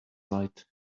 light